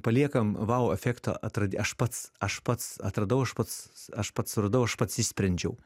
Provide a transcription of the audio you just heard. paliekam vau efektą atrad aš pats aš pats atradau aš pats aš pats suradau aš pats išsprendžiau